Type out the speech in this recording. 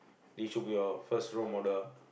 they should be your first role model